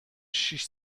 شیش